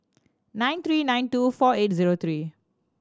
nine three nine two four eight zero three